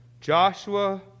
Joshua